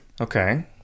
okay